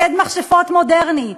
ציד מכשפות מודרני.